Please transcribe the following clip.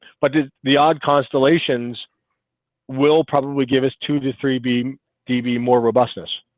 but did the odd constellations will probably give us two to three be d. be more robustness,